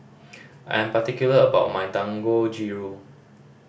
I'm particular about my Dangojiru